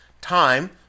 Time